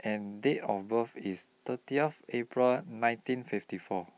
and Date of birth IS thirty April nineteen fifty four